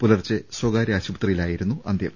പുലർച്ചെ സ്വകാര്യ ആശുപത്രി യിലായിരുന്നു അന്ത്യം